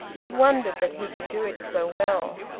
he wondered that he could do it so well.